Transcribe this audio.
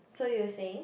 so you're saying